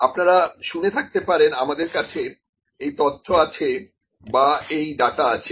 আপনারা শুনে থাকতে পারেন আমাদের কাছে এই তথ্য আছে বা এই ডাটা আছে